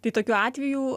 tai tokių atvejų